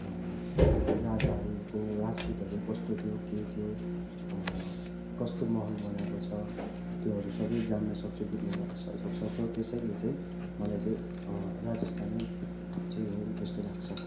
राजाहरूको राजपुतहरू कस्तो थियो के थियो कस्तो महल बनाएको छ त्योहरू सबै जान्नसक्छौँ बुझ्न सक्छौँ त्यसैले चाहिँ मलाई चाहिँ राजस्थानै चाहिँ हो जस्तो लाग्छ